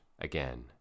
again